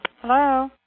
Hello